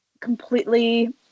completely